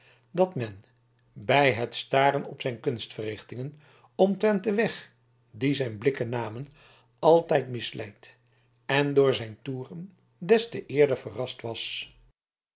dat men bij het staren op zijn kunstverrichtingen omtrent den weg dien zijn blikken namen altijd misleid en door zijn toeren des te eerder verrast was